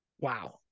wow